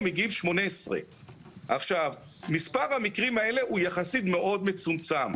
מגיל 18. מספר המקרים האלה הוא יחסית מאוד מצומצם.